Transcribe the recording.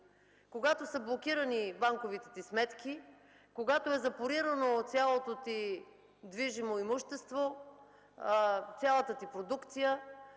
Когато са блокирани банковите сметки, когато е запорирано цялото ти движимо имущество, цялата ти продукция,